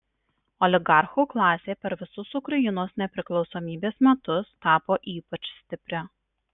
oligarchų klasė per visus ukrainos nepriklausomybės metus tapo ypač stipri